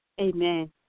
Amen